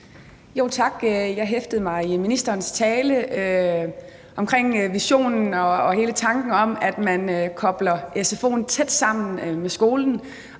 tale hæftede jeg mig ved visionen og hele tanken om, at man kobler sfo'en tæt sammen med skolen.